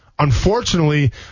Unfortunately